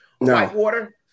Whitewater